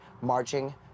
marching